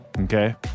okay